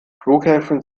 flughäfen